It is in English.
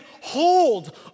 hold